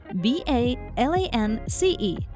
B-A-L-A-N-C-E